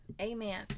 Amen